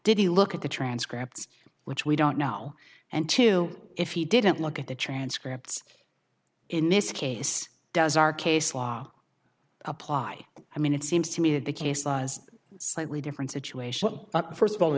he look at the transcripts which we don't now and two if he didn't look at the transcripts in this case does our case law apply i mean it seems to me that the case was slightly different situation first of all